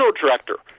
director